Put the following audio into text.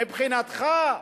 מבחינתך,